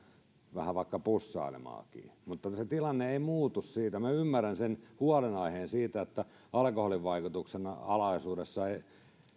vähän vaikka pussailemaankin mutta se tilanne ei muutu siitä minä ymmärrän sen huolenaiheen siitä että alkoholin vaikutuksen alaisuudessa ei